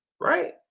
right